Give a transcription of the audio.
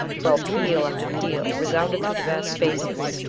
while peal after peal resounded through the vast spaces,